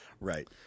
Right